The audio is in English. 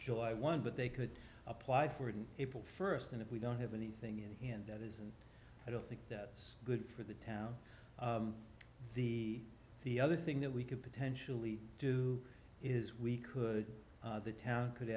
july one but they could apply for an april first and if we don't have anything in hand that is and i don't think that is good for the town the the other thing that we could potentially do is we could the town could